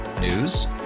News